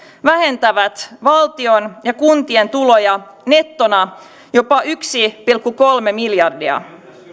vähentävät valtion ja kuntien tuloja nettona jopa yksi pilkku kolme miljardia